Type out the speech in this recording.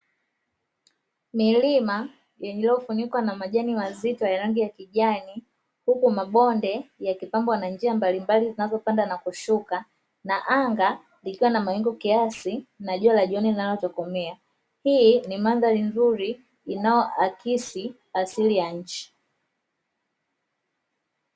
Milima iliyofunikwa na majani mazito haya rangi ya kijani, huku mabonde yakipangwa na njia mbalimbali zinazopanda na kushuka na anga likiwa na mawingu kiasi na jua la jioni linalotokomea, hii ni mandhari nzuri inayoakisi asili ya nchi.